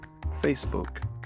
Facebook